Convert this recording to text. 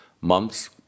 months